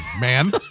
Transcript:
man